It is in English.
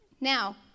now